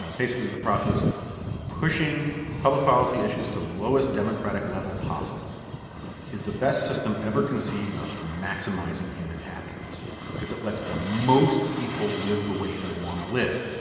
basically the process of pushing public policy issues to lowest democratic level possible is the best system ever conceived of for maximizing human happiness because it lets the most people live the way they want to live.